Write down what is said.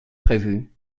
prévue